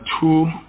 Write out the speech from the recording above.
two